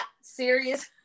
serious